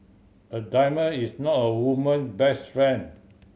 a diamond is not a woman best friend